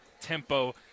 tempo –